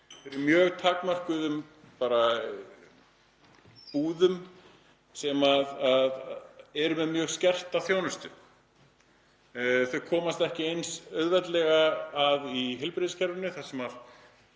Það er í mjög takmörkuðum búðum sem eru með mjög skerta þjónustu. Það kemst ekki eins auðveldlega að í heilbrigðiskerfinu þar sem